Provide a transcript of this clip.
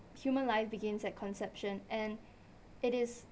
human life begins at conception and it is